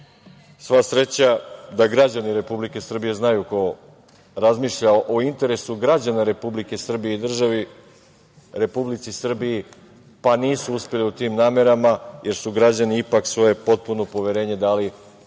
Sva sreća da građani Republike Srbije znaju ko razmišlja o interesu građana Republike Srbije i državi Republici Srbiji, pa nisu uspeli u tim namerama, jer su građani ipak svoje potpuno poverenje dali predsedniku